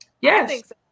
Yes